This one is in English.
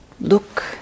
look